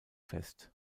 fest